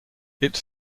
its